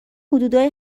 حدودای